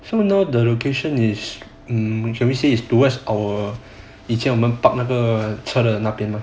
so now the location is um can we say is towards or is like 以前我们 park 车的那边